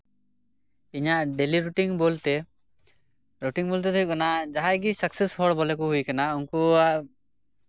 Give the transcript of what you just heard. ᱤᱧᱟᱹᱜ daily routine ᱵᱚᱞᱛᱮ routine ᱵᱚᱞᱛᱮ ᱫᱚ ᱦᱩᱭᱩᱜ ᱠᱟᱱᱟ ᱡᱟᱦᱟᱸᱭ ᱜᱮ ᱥᱟᱠᱥᱮᱥ ᱦᱚᱲ ᱵᱚᱞᱮ ᱠᱚ ᱦᱩᱭ ᱟᱠᱟᱱᱟ ᱩᱱᱠᱩᱣᱟᱜ